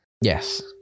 Yes